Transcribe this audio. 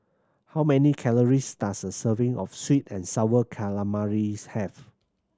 how many calories does a serving of sweet and sour calamaris have